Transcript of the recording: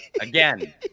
again